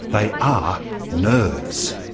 they are nerves.